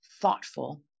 thoughtful